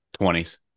20s